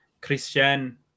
Christian